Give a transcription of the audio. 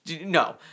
no